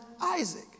Isaac